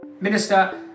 Minister